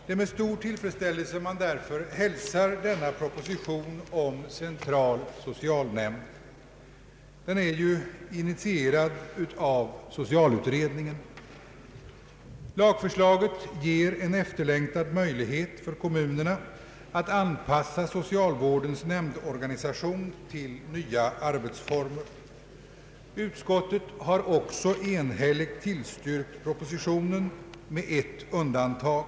Det är med stor tillfredsställelse man därför hälsar denna proposition om social centralnämnd. Den är ju initierad av socialutredningen. Lagförslaget ger en efterlängtad möjlighet för kommunerna att anpassa socialvårdens nämndorganisation till nya arbetsformer. Utskottet har också enhälligt tillstyrkt propositionen med ett undantag.